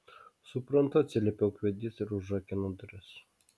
suprantu atsiliepė ūkvedys ir užrakino duris